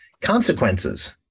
consequences